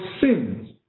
sins